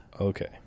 okay